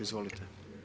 Izvolite.